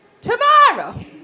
tomorrow